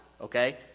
okay